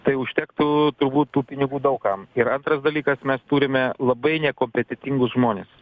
tai užtektų turbūt tų pinigų daug kam ir antras dalykas mes turime labai nekompetentingus žmones